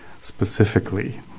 specifically